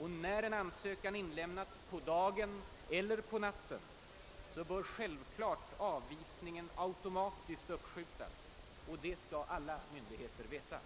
Och när en ansökan har inlämnats, på dagen eller på natten, bör avvisningen automatiskt uppskjutas och det skall alla myndigheter veta.